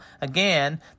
Again